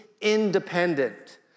independent